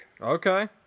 Okay